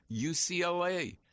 UCLA